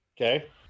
Okay